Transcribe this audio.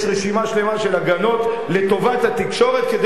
יש רשימה שלמה של הגנות לטובת התקשורת כדי